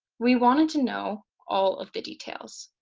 we wanted to know all of the details.